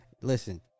listen